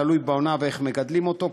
תלוי בעונה ואיך מגדלים אותו,